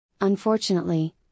Unfortunately